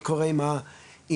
מה קורה עם המצוק.